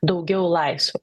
daugiau laisvių